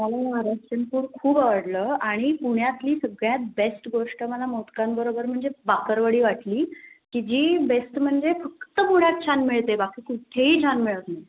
मला महाराष्ट्रीयन फूड खूप आवडलं आणि पुण्यातली सगळ्यात बेस्ट गोष्ट मला मोदकांबरोबर म्हणजेच बाकरवडी वाटली की जी बेस्ट म्हणजे फक्त पुण्यात छान मिळते बाकी कुठेही छान मिळत नाही